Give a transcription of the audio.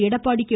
Edappadi K